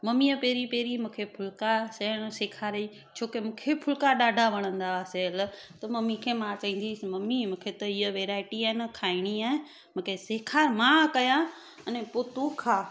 मम्मीअ पहिरियों पहिरियों मूंखे फुलका सेअणु सेखारियो छोकी मूंखे फुलका ॾाढा वणंदा हुआ सेअल मम्मी खे मां चवंदी हुअसि मम्मी मूंखे त ये वैराइटी आहे न खाइणी आहे मूंखे सेखारु मां कयां अने पोइ तूं खा